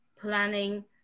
planning